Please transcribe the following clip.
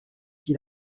qui